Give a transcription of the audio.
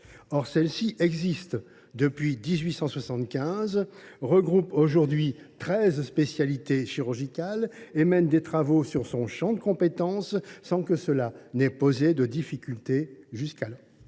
Or celle ci existe depuis 1875, regroupe aujourd’hui treize spécialités chirurgicales et mène des travaux sur son champ de compétences sans que cela ait posé de difficultés à ce jour.